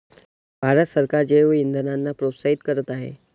भारत सरकार जैवइंधनांना प्रोत्साहित करीत आहे